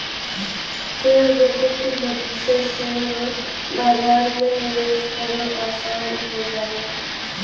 share broker के मदद से शेयर बाजार में निवेश करे आसान हो जाला